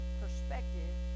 perspective